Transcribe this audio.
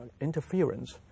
interference